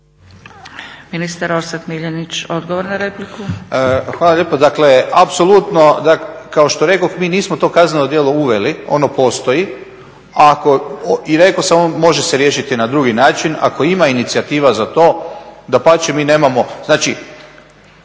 Hvala lijepo. Dakle, apsolutno kao što rekoh mi nismo to kazneno djelo uveli, ono postoji. Ako i rekao sam vam može se riješiti na drugi način. Ako ima inicijativa za to, dapače mi nemamo.